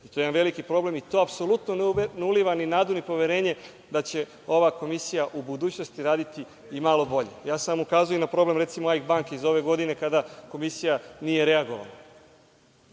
i to je jedan veliki problem i to apsolutno ne uliva ni nadu ni poverenje da će ova Komisija u budućnosti raditi i malo bolje. Ja sam vam ukazao i na problem Aik banke iz ove godine kada Komisija nije reagovala,